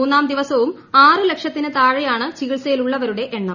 മൂന്നാം ദിവീസവും ലക്ഷത്തിന് താഴെയാണ് ചികിത്സയിലുള്ളവരുടെ എണ്ണം